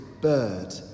bird